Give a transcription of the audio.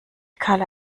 kalle